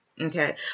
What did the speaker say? Okay